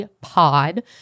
pod